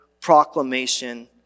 proclamation